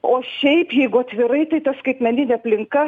o šiaip jeigu atvirai tai ta skaitmeninė aplinka